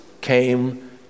came